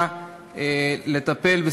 חתומים חבר הכנסת עפר שלח,